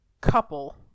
couple